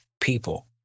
people